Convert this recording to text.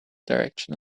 direction